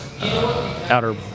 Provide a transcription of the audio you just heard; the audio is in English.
Outer